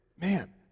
man